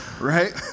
right